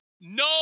no